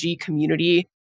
community